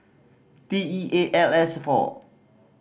T E eight L S four